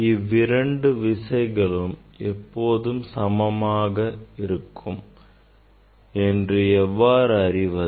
இவ்விரண்டு விசைகளும் எப்போது சமமாக இருக்கும் என்று எவ்வாறு அறிவது